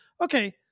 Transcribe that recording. okay